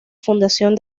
fundación